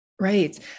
Right